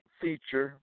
feature